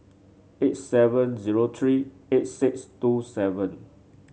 eight seven zero three eight six two seven